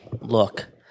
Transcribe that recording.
look